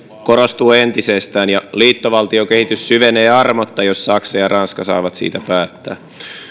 korostuu entisestään ja liittovaltiokehitys syvenee armotta jos saksa ja ranska saavat siitä päättää